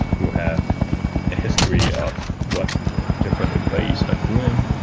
you have a history of what the different employees are doing.